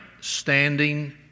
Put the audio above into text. standing